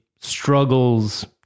struggles